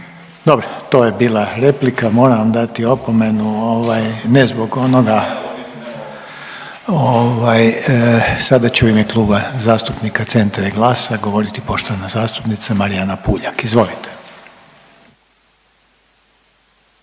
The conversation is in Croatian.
Dobro, to je bila replika. Moram vam dati opomenu ne zbog onoga. Sada će u ime Kluba zastupnika CENTRA i GLAS-a govoriti poštovana zastupnica Marijana Puljak. Izvolite.